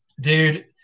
dude